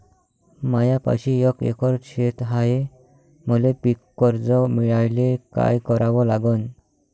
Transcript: मायापाशी एक एकर शेत हाये, मले पीककर्ज मिळायले काय करावं लागन?